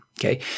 Okay